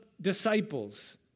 disciples